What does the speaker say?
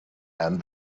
and